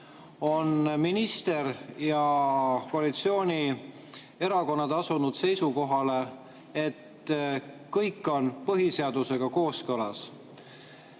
on minister ja koalitsioonierakonnad asunud seisukohale, et kõik on põhiseadusega kooskõlas.